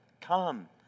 come